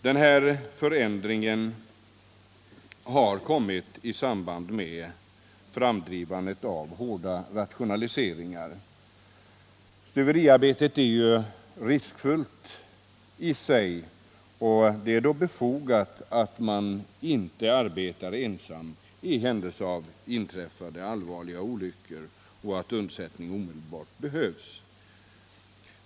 Det är en förändring som den hårda rationaliseringen drivit fram. Stuveriarbetet är riskfyllt i sig, och det är befogat att man inte arbetar ensam i händelse av att det inträffar allvarliga olyckor där undsättning omedelbart behövs.